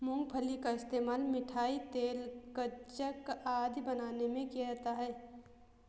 मूंगफली का इस्तेमाल मिठाई, तेल, गज्जक आदि बनाने में किया जाता है